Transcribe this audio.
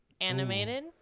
animated